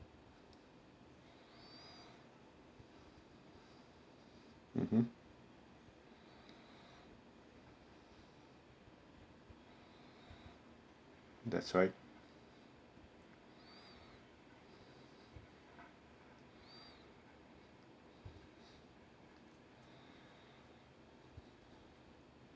mmhmm that's right